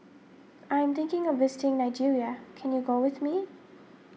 I am thinking of visiting Nigeria can you go with me